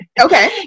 Okay